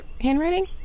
handwriting